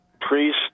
priest